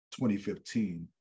2015